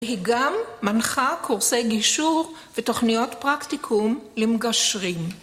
היא גם מנחה קורסי גישור ותוכניות פרקטיקום למגשרים.